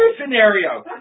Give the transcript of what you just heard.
scenario